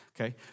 okay